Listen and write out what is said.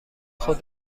خود